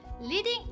Leading